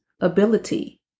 ability